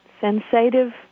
sensitive